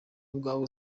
ubwawe